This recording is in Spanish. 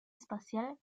espacial